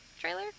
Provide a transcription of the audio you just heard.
trailer